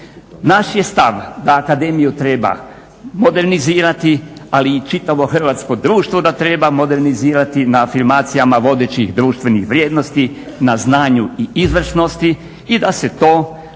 Naš je stav da akademiju treba modernizirati, ali i čitavo hrvatsko društvo da treba modernizirati na afirmacijama vodećih društvenih vrijednosti, na znanju i izvrsnosti i da se to